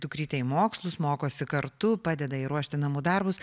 dukrytę į mokslus mokosi kartu padeda jai ruošti namų darbus